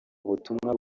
butumwa